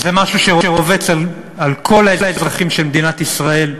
זה משהו שרובץ על כל האזרחים של מדינת ישראל,